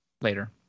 later